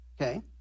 Okay